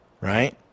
right